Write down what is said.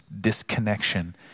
disconnection